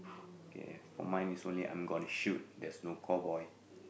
okay for mine is only I'm gonna shoot there's no cowboy